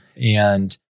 And-